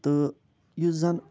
تہٕ یُس زَنہٕ